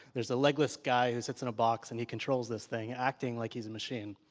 there's a leg-less guy who sits and a box and he controls this thing, acting like he's machine.